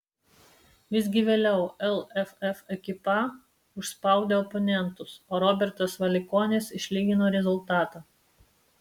visgi vėliau lff ekipa užspaudė oponentus o robertas valikonis išlygino rezultatą